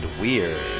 Weird